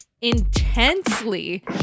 intensely